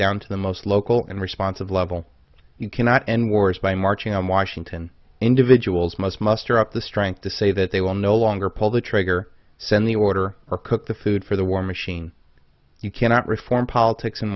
down to the most local and responsive level you cannot end wars by marching on washington individuals must muster up the strength to say that they will no longer pull the trigger send the order or cook the food for the war machine you cannot reform politics in